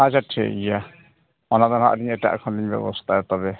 ᱟᱪᱪᱷᱟ ᱴᱷᱤᱠ ᱜᱮᱭᱟ ᱚᱱᱟ ᱫᱚ ᱦᱟᱸᱜ ᱟᱹᱞᱤᱧ ᱮᱴᱟᱜ ᱠᱷᱚᱱ ᱵᱮᱵᱚᱥᱛᱷᱟᱭᱟ ᱛᱚᱵᱮ